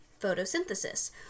photosynthesis